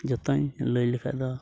ᱡᱚᱛᱚᱧ ᱞᱟᱹᱭ ᱞᱮᱠᱷᱟᱡ ᱫᱚ